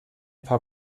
paar